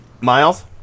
Miles